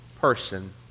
person